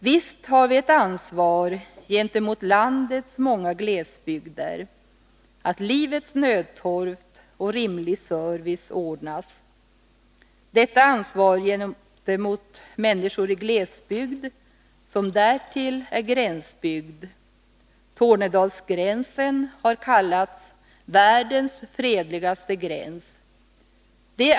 Visst har vi ett ansvar gentemot landets många glesbygder, att livets nödtorft och rimlig service ordnas — ett ansvar gentemot människor i glesbygd, som därtill är gränsbygd. Tornedalsgränsen har kallats ”världens fredligaste gräns”.